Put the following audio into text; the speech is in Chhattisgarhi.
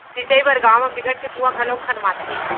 सिंचई बर गाँव म बिकट के कुँआ घलोक खनवाथे